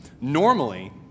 Normally